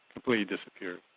completely disappeared.